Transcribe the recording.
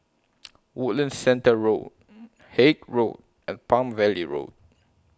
Woodlands Centre Road Haig Road and Palm Valley Road